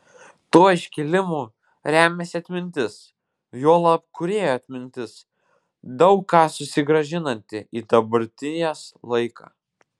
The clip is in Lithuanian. tuo iškilimu remiasi atmintis juolab kūrėjo atmintis daug ką susigrąžinanti į dabarties laiką